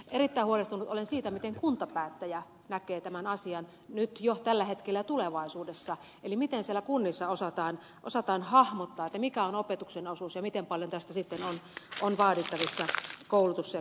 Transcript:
erittäin huolestunut olen siitä miten kuntapäättäjä näkee tämän asian nyt jo tällä hetkellä ja tulevaisuudessa eli miten siellä kunnissa osataan hahmottaa mikä on opetuksen osuus ja miten paljon tästä sitten on vaadittavissa koulutussektorille esimerkiksi